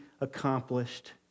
accomplished